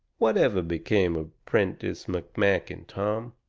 whatever became of prentiss mcmakin, tom?